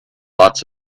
lots